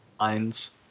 lines